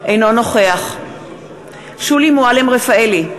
אינו נוכח שולי מועלם-רפאלי,